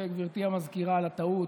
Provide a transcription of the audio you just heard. גברתי סגנית המזכיר, על הטעות,